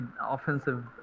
offensive